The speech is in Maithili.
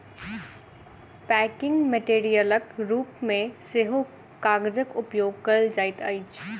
पैकिंग मेटेरियलक रूप मे सेहो कागजक उपयोग कयल जाइत अछि